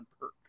perk